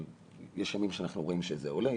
יש ימים שאנחנו רואים שזה עולה,